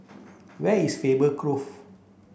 where is Faber Grove